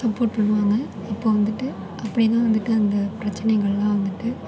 support பண்ணுவாங்கள் இப்போது வந்துட்டு அப்படிதான் வந்துட்டு அந்த பிரச்னைகள்லாம் வந்துட்டு